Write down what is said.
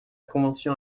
convention